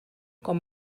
com